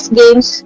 games